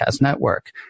Network